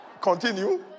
Continue